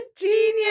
Genius